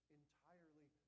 entirely